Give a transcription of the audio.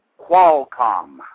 Qualcomm